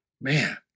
Man